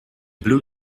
blue